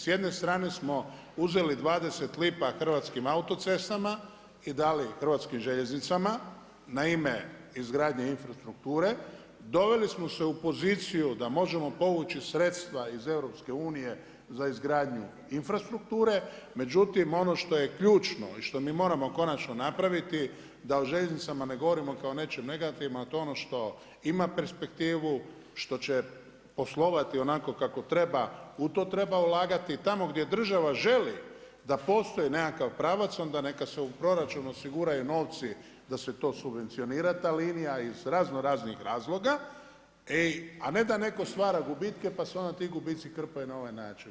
S jedne strane smo uzeli 20 lipa Hrvatskim autocestama i dali Hrvatskim željeznicama na ime izgradnje infrastrukture, doveli smo se u poziciju da možemo povući sredstva iz EU-a za izgradnju infrastrukture, međutim ono što je ključno i što mi moramo konačno napraviti da u željeznicama ne govorimo kao nečem negativnom, a to je ono što ima perspektivu, što će poslovati onako kako treba, u to treba ulagati, tamo gdje država želi da postoji nekakav pravac onda neka se u proračunu osiguraju novci da se to subvencionira ta linija iz raznoraznih razloga a ne da netko stvara gubitke pa se onda ti gubici krpaju na ovaj način.